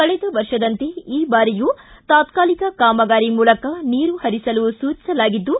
ಕಳೆದ ವರ್ಷದಂತೆ ಈ ಬಾರಿಯೂ ತಾತ್ಕಾಲಿಕ ಕಾಮಗಾರಿ ಮೂಲಕ ನೀರು ಹರಿಸಲು ಸೂಚಿಸಲಾಗಿದ್ದು